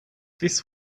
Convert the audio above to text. this